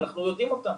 אנחנו יודעים אותם.